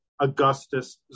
Augustus